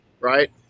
right